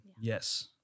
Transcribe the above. Yes